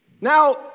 Now